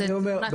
אני אומר,